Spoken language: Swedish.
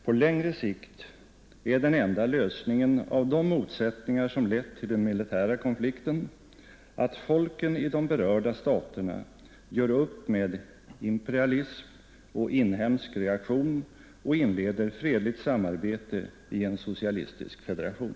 På längre sikt är den enda lösningen av de motsättningar som lett till den militära konflikten att folken i de berörda staterna gör upp med imperialism och inhemsk reaktion och inleder fredligt samarbete i en socialistisk federation.